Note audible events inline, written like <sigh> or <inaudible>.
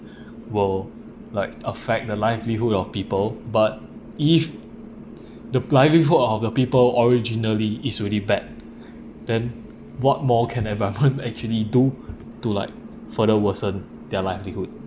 <breath> world like affect the livelihood of people but if <breath> the livelihoods of the people originally is really bad <breath> then what more can environment <laughs> actually do to like further worsen their livelihood